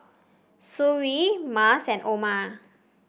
Suria Mas and Umar